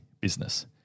business